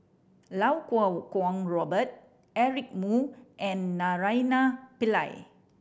Iau Kuo Kwong Robert Eric Moo and Naraina Pillai